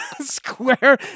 square